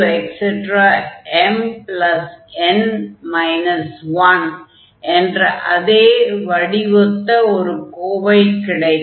nn1mn 1 என்ற அதே வடிவொத்த ஒரு கோவை கிடைக்கும்